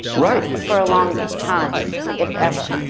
right. for a long time if ever,